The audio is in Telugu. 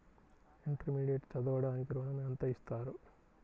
ఇంటర్మీడియట్ చదవడానికి ఋణం ఎంత ఇస్తారు?